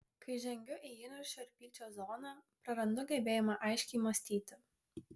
kai žengiu į įniršio ir pykčio zoną prarandu gebėjimą aiškiai mąstyti